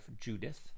Judith